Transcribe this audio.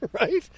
right